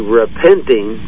repenting